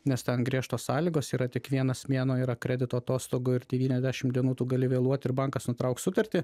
nes ten griežtos sąlygos yra tik vienas mėnuo yra kredito atostogų ir devyniasdešimt dienų tu gali vėluot ir bankas nutrauks sutartį